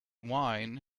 wine